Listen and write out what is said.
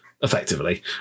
effectively